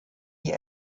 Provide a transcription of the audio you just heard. die